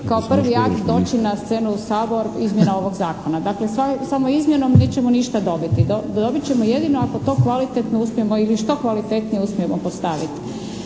kao prvi akt doći na scenu u Sabor doći izmjena ovog Zakona. Dakle, samo izmjenom nećemo ništa dobiti. Dobit ćemo jedino ako to kvalitetno uspijemo ili što kvalitetnije uspijemo postaviti.